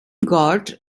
gauge